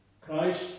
Christ